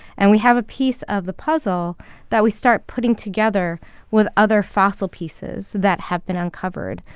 and we have a piece of the puzzle that we start putting together with other fossil pieces that have been uncovered.